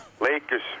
Lakers